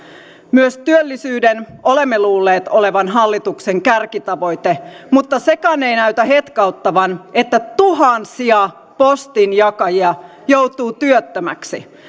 myös työllisyyden olemme luulleet olevan hallituksen kärkitavoite mutta sekään ei näytä hetkauttavan että tuhansia postinjakajia joutuu työttömäksi